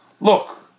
look